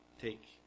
take